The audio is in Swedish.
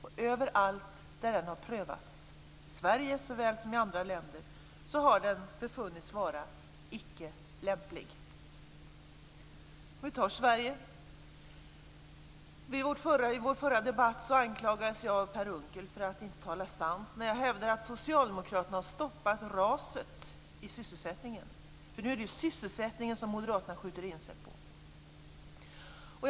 Och överallt där den har prövats - i Sverige såväl som i andra länder - har den befunnits vara icke lämplig. Jag kan ta Sverige som exempel. I vår förra debatt anklagades jag av Per Unckel för att inte tala sanning när jag hävdade att Socialdemokraterna hade stoppat raset i sysselsättningen. Nu är det sysselsättningen som Moderaterna skjuter in sig på.